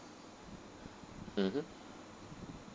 mmhmm